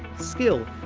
skill,